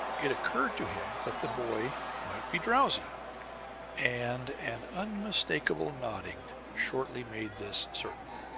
it occurred to him that the boy might be drowsy and an unmistakable nodding shortly made this certain.